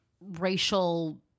racial